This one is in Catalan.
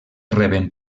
reben